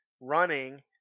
running